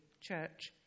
church